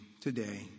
today